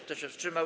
Kto się wstrzymał?